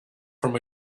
from